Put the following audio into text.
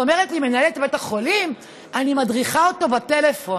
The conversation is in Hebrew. ואומרת לי מנהלת בית החולים: אני מדריכה אותו בטלפון.